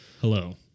hello